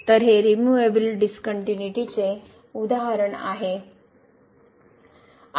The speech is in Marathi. तर हे रीमुवेबल डीसकनट्युनिटी चे उदाहरण आहे